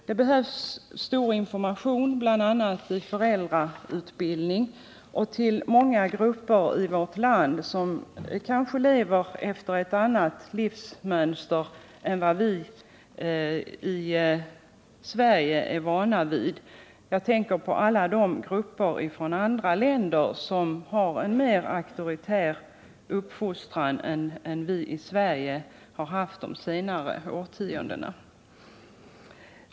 Det behövs omfattande information, bl.a. i föräldrautbildning och till många grupper i vårt land som kanske lever efter ett annat livsmönster än vad vii Sverige är vana vid. Jag tänker på alla de grupper från andra länder som har en mer auktoritär uppfostran än vi i Sverige har haft de senare årtiondena.